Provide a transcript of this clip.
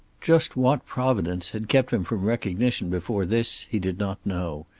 just what providence had kept him from recognition before this he did not know,